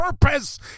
purpose